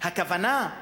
הכוונה,